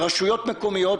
ברשויות מקומיות,